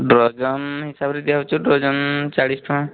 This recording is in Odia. ଡର୍ଜନ୍ ହିସାବରେ ଦିଆ ହେଉଛୁ ଡର୍ଜନ ଚାଳିଶ ଟଙ୍କା